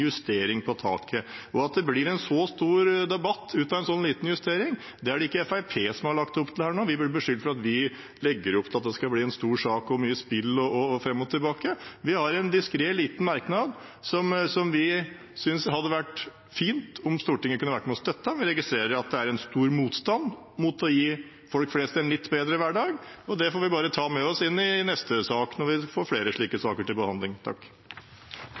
justering på taket. At det blir en så stor debatt av en så liten justering, er det ikke Fremskrittspartiet som har lagt opp til nå. Vi blir beskyldt for å legge opp til at det skal bli en stor sak og mye spill fram og tilbake. Vi har en diskret liten merknad som vi synes det hadde vært fint om Stortinget kunne vært med og støttet. Vi registrerer at det er stor motstand mot å gi folk flest en litt bedre hverdag, og det får vi bare ta med oss inn i neste sak – for vi får flere slike saker til behandling.